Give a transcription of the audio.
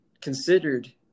considered